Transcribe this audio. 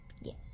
Yes